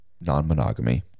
non-monogamy